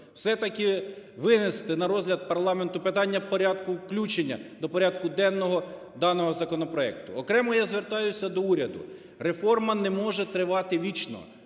все-таки винести на розгляд парламенту питання порядку включення до порядку денного даного законопроекту. Окремо я звертаюсь до уряду. Реформа не може тривати вічно.